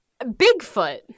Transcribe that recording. Bigfoot